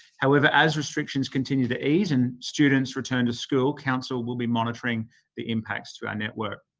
however, as restrictions continue to ease and students return to school, council will be monitoring the impacts to our network.